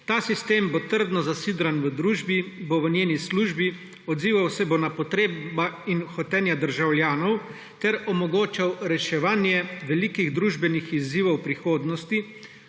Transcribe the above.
Ta sistem bo trdno zasidran v družbi, bo v njeni službi, odzival se bo na potrebe in hotenja državljanov ter omogočal reševanje velikih družbenih izzivov prihodnosti,